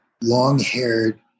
long-haired